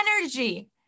energy